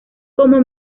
como